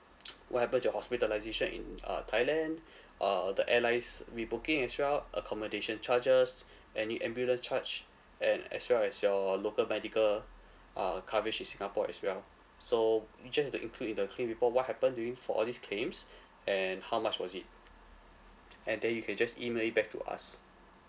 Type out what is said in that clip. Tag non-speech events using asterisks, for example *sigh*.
*noise* what happened to your hospitalisation in uh thailand *breath* uh the airlines rebooking as well accommodation charges any ambulance charge and as well as your local medical uh coverage in singapore as well so you just have to include in the claim report what happen during for all these claims and how much was it and then you can just email it back to us